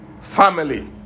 Family